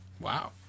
wow